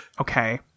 Okay